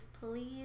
please